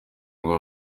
ngo